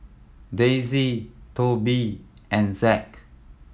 Daisy Tobi and Zack